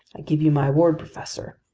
i give you my word, professor,